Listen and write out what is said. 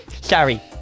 Sorry